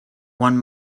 one